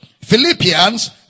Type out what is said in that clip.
Philippians